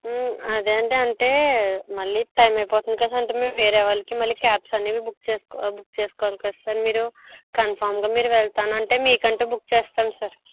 అదే అండి అంటే మళ్లీ టైం అయిపోతుంది కదండి మేం వేరే వాళ్ళకి మళ్లీ క్యాబ్స్ అనేవి బుక్ చేస్కో బుక్ చేస్కోవాలి కదా సార్ మీరు కన్ఫామ్గా మీరు వెళ్తానంటే మీకంటే బుక్ చేస్తాం సార్